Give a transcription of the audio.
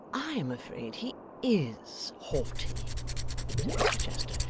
i am afraid he is haughty said mr chester.